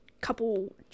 couple